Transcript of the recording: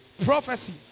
Prophecy